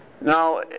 Now